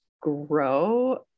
grow